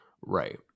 Right